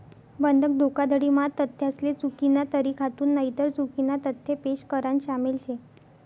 बंधक धोखाधडी म्हा तथ्यासले चुकीना तरीकाथून नईतर चुकीना तथ्य पेश करान शामिल शे